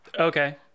okay